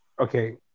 Okay